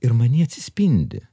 ir many atsispindi